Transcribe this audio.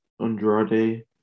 Andrade